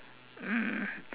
mm